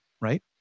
right